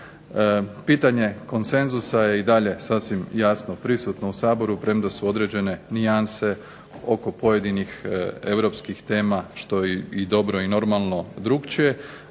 Pitanje konsenzusa je i dalje sasvim jasno prisutno u Saboru premda su određene nijanse oko pojedinih Europskih tema što je dobro i normalno drukčije.